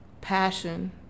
passion